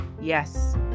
Yes